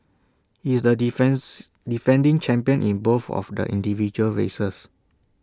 he is the defends defending champion in both of the individual races